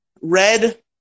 Red